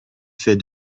fait